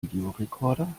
videorekorder